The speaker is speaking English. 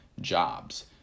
jobs